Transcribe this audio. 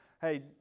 hey